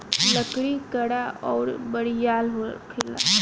लकड़ी कड़ा अउर बरियार होला